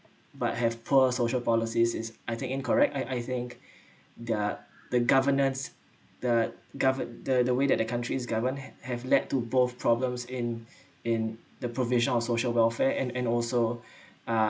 but have poor social policies is I think incorrect I I think their the governance the gove~ the the way that the country is govern ha~ have led to both problems in in the provision of social welfare and and also uh